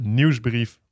nieuwsbrief